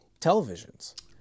televisions